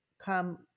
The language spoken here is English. come